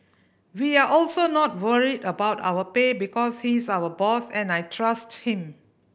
we are also not worried about our pay because he's our boss and I trust him